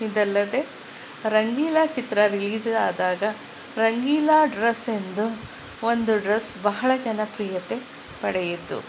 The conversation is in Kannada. ಇದಲ್ಲದೇ ರಂಗೀಲಾ ಚಿತ್ರ ರಿಲೀಸಾದಾಗ ರಂಗೀಲಾ ಡ್ರಸ್ ಎಂದು ಒಂದು ಡ್ರಸ್ ಬಹಳ ಜನಪ್ರಿಯತೆ ಪಡೆಯಿತು